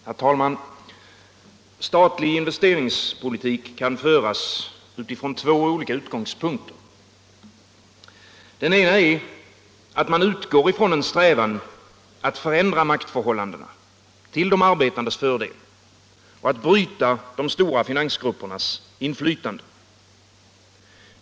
Herr talman! Statlig investeringspolitik kan föras utifrån två olika utgångspunkter. Den ena är att man utgår från en strävan att förändra maktförhållandena till de arbetandes fördel och att bryta de stora finansgruppernas inflytande.